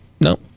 no